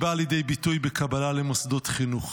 באה לידי ביטוי בקבלה למוסדות חינוך.